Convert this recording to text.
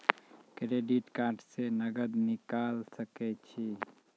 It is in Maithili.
क्रेडिट कार्ड से नगद निकाल सके छी?